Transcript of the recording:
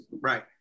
Right